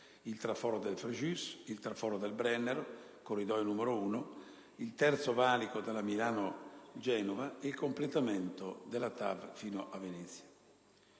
il traforo del Frejus, il traforo del Brennero (Corridoio n. 1), il terzo valico tra Milano e Genova e il completamento della TAV fino a Venezia.